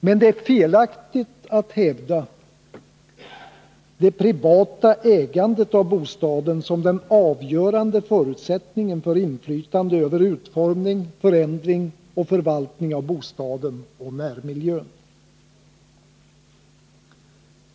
Men det är felaktigt att hävda det privata ägandet av bostaden som den avgörande förutsättningen för inflytande över utformning, förändring och förvaltning av bostaden och närmiljön.